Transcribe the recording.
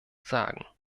sagen